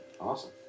Awesome